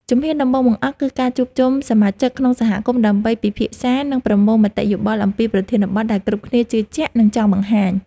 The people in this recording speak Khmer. ជំហានដំបូងបង្អស់ គឺការជួបជុំសមាជិកក្នុងសហគមន៍ដើម្បីពិភាក្សា និងប្រមូលមតិយោបល់អំពីប្រធានបទដែលគ្រប់គ្នាជឿជាក់ និងចង់បង្ហាញ។